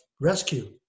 Rescue